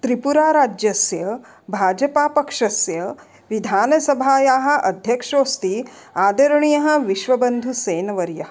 त्रिपुराराज्यस्य भाजपापक्षस्य विधानसभायाः अध्यक्षोस्ति आदरणीयः विश्वबन्धुसेनवर्यः